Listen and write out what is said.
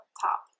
top